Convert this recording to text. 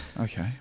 Okay